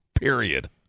Period